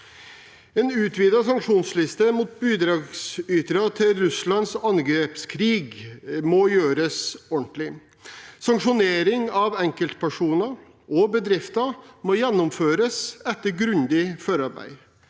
En utvidet sanksjonsliste mot bidragsytere til Russlands angrepskrig må gjøres ordentlig. Sanksjonering av enkeltpersoner og bedrifter må gjennomføres etter grundig forarbeid.